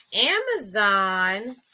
Amazon